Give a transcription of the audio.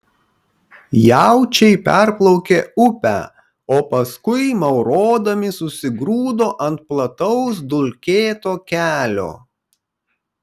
jaučiai perplaukė upę o paskui maurodami susigrūdo ant plataus dulkėto kelio